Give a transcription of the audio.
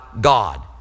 God